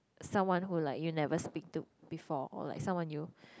someone who like you never speak to before or like someone you